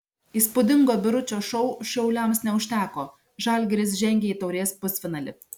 įspūdingo biručio šou šiauliams neužteko žalgiris žengė į taurės pusfinalį